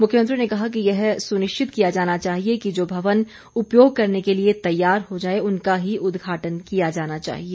मुख्यमंत्री ने कहा कि यह सुनिश्चित किया जाना चाहिए कि जो भवन उपयोग करने के लिए तैयार हो जाए उनका ही उद्घाटन किया जाना चाहिए